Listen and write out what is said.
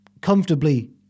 comfortably